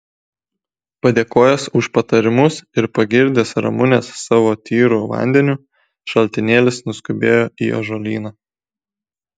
padėkojęs už patarimus ir pagirdęs ramunes savo tyru vandeniu šaltinėlis nuskubėjo į ąžuolyną